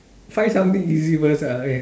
find something easy first ah okay